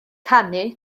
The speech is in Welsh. canu